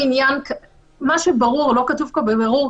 מה שברור לא כתוב כאן בבירור,